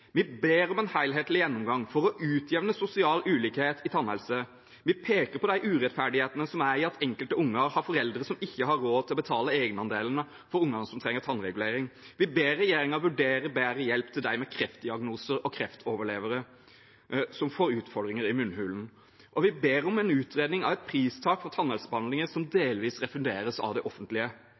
Vi ber om en helhetlig gjennomgang for å utjevne sosial ulikhet innen tannhelse. Vi peker på de urettferdighetene som er i at enkelte barn har foreldre som ikke har råd til å betale egenandelene for barna som trenger tannregulering. Vi ber regjeringen vurdere bedre hjelp til dem med kreftdiagnoser og kreftoverlevere som får utfordringer i munnhulen. Og vi ber om en utredning av et pristak for tannhelsebehandlinger som delvis refunderes av det offentlige.